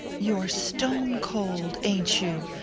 you're stone-cold, ain't you?